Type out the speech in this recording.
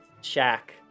shack